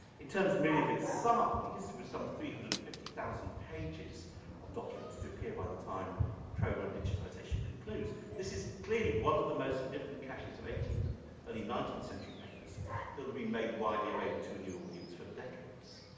in terms merely of its size, with some three hundred and fifty thousand pages of documents to appear by the time the program on digitization concludes, this is clearly one of the most significant caches of eighteenth and early nineteenth century papers that will be made widely available to new audience for decades.